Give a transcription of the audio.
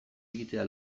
egitea